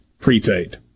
prepaid